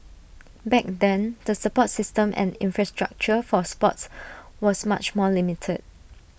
back then the support system and infrastructure for sports was much more limited